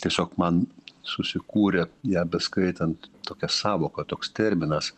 tiesiog man susikūrė ją beskaitant tokia sąvoka toks terminas